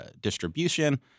distribution